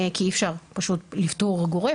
כי אי אפשר פשוט לפטור גורף.